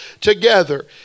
together